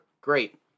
Great